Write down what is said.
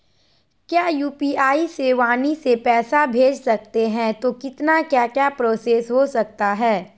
क्या यू.पी.आई से वाणी से पैसा भेज सकते हैं तो कितना क्या क्या प्रोसेस हो सकता है?